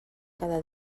cada